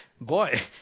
Boy